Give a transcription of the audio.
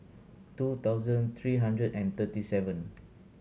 two thoudand three hundred and thirty seven